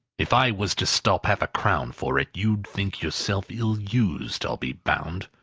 if i was to stop half-a-crown for it, you'd think yourself ill-used, i'll be bound?